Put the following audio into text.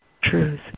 truth